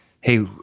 Hey